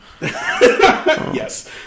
Yes